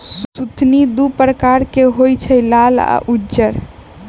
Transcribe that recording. सुथनि दू परकार के होई छै लाल आ उज्जर